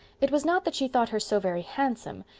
it was not that she thought her so very handsome.